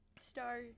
star